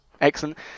Excellent